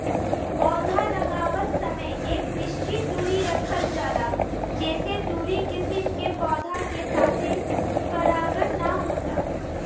पौधा लगावत समय एक निश्चित दुरी रखल जाला जेसे दूसरी किसिम के पौधा के साथे परागण ना होला